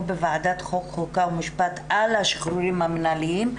בוועדת חוק חוקה ומשפט על השחרורים המינהליים,